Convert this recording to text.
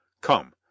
Come